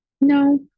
No